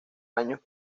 años